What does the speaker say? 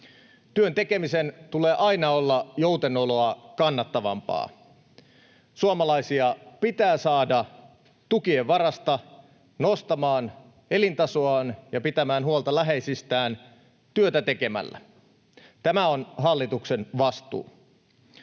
Työn tekemisen tulee aina olla joutenoloa kannattavampaa. Suomalaisia pitää saada tukien varasta nostamaan elintasoaan ja pitämään huolta läheisistään työtä tekemällä. Tämä on hallituksen vastuu.